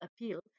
appeal